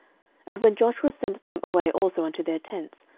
and when joshua sent them away also unto their tents,